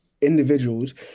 individuals